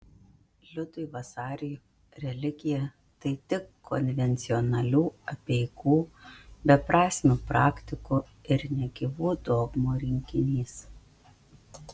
liudui vasariui religija tai tik konvencionalių apeigų beprasmių praktikų ir negyvų dogmų rinkinys